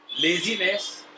laziness